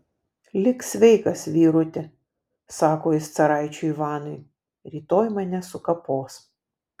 lik sveikas vyruti sako jis caraičiui ivanui rytoj mane sukapos